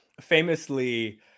famously